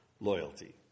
loyalty